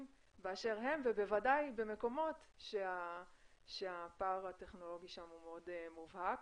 באשר הם ובוודאי במקומות שהפער הטכנולוגי שם הוא מאוד מובהק.